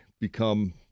become